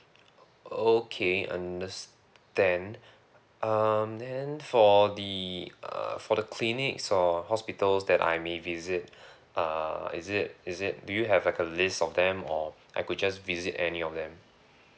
okay understand um then for the uh for the clinics or hospitals that I may visit uh is it is it do you have like a list of them or I could just visit any of them